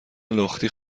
لختی